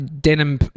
denim